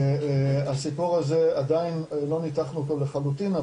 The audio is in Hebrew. הסיפור הזה עדיין לא ניתחנו אותו לחלוטין,